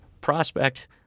prospect